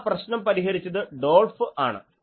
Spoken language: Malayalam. ആ പ്രശ്നം പരിഹരിച്ചത് ഡോൾഫ് ആണ്